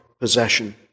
possession